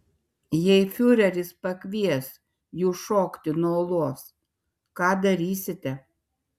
jei fiureris pakvies jus šokti nuo uolos ką darysite